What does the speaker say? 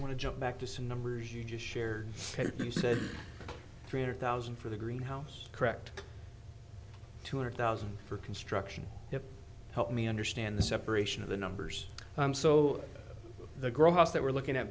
want to jump back to some numbers you just shared you said three hundred thousand for the green house correct two hundred thousand for construction help me understand the separation of the numbers so the grass that we're looking at